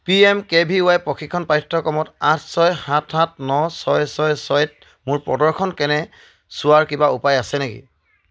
P M K V Y প্ৰশিক্ষণ পাঠ্যক্ৰমত আঠ ছয় সাত সাত ন ছয় ছয় ছয়ত মোৰ প্ৰদৰ্শন কেনে চোৱাৰ কিবা উপায় আছে নেকি